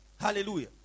Hallelujah